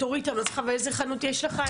איזה חנות יש לך?